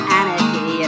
anarchy